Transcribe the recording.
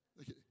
okay